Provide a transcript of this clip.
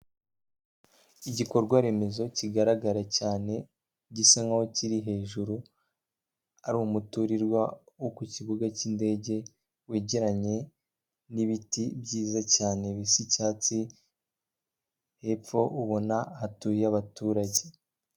Igikorwa remezo kigaragara cyane, gisa nk'aho kiri hejuru, ari umuturirwa wo ku kibuga cy'indege wegeranye n'ibiti byiza cyane bisa icyatsi, hepfo ubona hatuye abaturage.